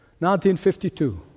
1952